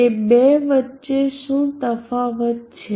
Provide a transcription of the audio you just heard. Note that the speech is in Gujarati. તે બે વચ્ચે શું તફાવત છે